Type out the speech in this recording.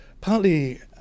Partly